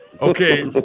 Okay